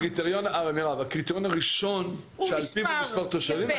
הקריטריון הראשון הוא מספר תושבים.